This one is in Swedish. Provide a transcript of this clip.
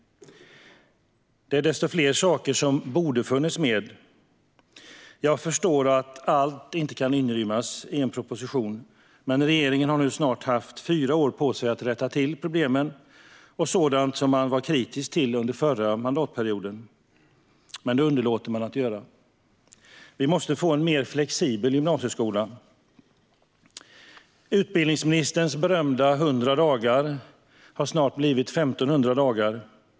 Det är desto fler saker som borde ha funnits med. Jag förstår att allt inte kan inrymmas i en proposition, men regeringen har nu snart haft fyra år på sig att rätta till problemen och sådant som man var kritisk till under förra mandatperioden. Men det underlåter man att göra. Vi måste få en mer flexibel gymnasieskola. Utbildningsministerns berömda 100 dagar har snart blivit 1 500 dagar.